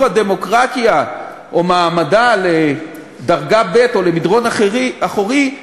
הדמוקרטיה או מעמדה לדרגה ב' או למדרון אחורי,